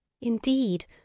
indeed